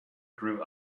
grew